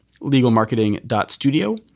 legalmarketing.studio